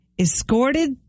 escorted